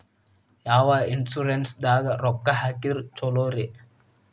ಯಾವ ಇನ್ಶೂರೆನ್ಸ್ ದಾಗ ರೊಕ್ಕ ಹಾಕಿದ್ರ ಛಲೋರಿ?